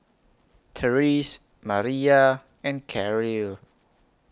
Terese Mariyah and Karyl